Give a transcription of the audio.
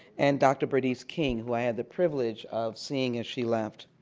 and dr. bernice king who i had the privilege of seeing as she left.